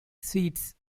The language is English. seeds